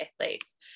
athletes